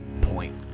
point